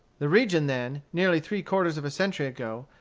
the region then, nearly three quarters of a century ago,